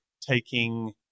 taking